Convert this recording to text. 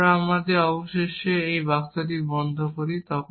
তারপর অবশেষে যখন আমি এই বাক্সটি বন্ধ করি